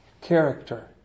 character